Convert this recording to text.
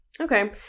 Okay